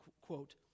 quote